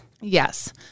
yes